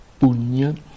punya